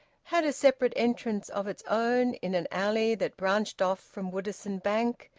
had a separate entrance of its own in an alley that branched off from woodisun bank,